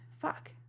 Fuck